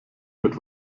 mit